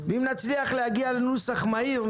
ואם נצליח להגיע לנוסח מהיר,